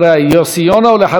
יוסי יונה ואחריו,